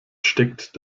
steckt